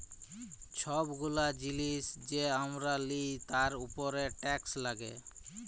ছব গুলা জিলিস যে আমরা লিই তার উপরে টেকস লাগ্যে